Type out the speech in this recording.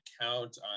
count